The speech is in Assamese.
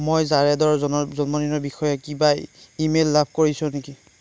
মই জাৰেদৰ জন জন্মদিনৰ বিষয়ে কিবা ইমেইল লাভ কৰিছো নেকি